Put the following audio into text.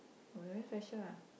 very special ah